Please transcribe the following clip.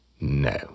No